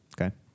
okay